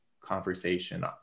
conversation